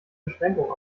beschränkungen